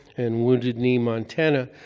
and wounded knee, montana,